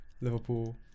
Liverpool